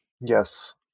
Yes